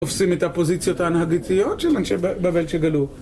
אופסים את הפוזיציות ההנהגיתיות של אנשי בבית שגלו